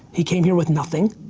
he came here with nothing.